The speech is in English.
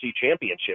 Championship